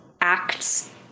acts